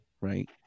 right